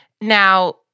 Now